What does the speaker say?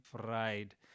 fried